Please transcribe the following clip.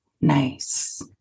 Nice